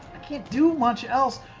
i can't do much else.